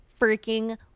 freaking